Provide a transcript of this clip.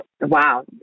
Wow